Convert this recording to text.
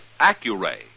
Accuray